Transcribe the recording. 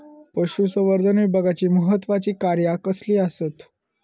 पशुसंवर्धन विभागाची महत्त्वाची कार्या कसली आसत?